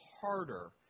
harder